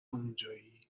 اونجایی